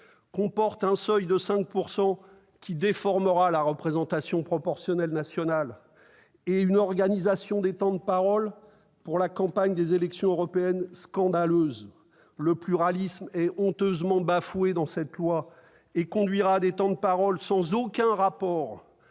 comporte un seuil de 5 % qui déformera la représentation proportionnelle nationale, de même qu'une organisation scandaleuse des temps de parole pour la campagne des élections européennes. Le pluralisme est honteusement bafoué dans cette loi, et il conduira à des temps de parole sans aucun rapport